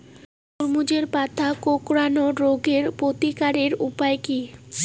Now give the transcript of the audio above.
তরমুজের পাতা কোঁকড়ানো রোগের প্রতিকারের উপায় কী?